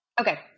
Okay